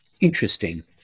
Interesting